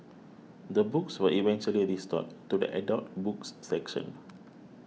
the books were eventually restored to the adult books section